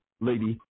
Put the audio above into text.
lady